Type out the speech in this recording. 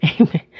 Amen